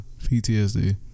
PTSD